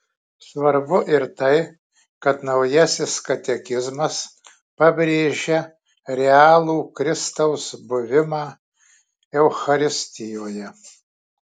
svarbu ir tai kad naujasis katekizmas pabrėžia realų kristaus buvimą eucharistijoje